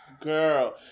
Girl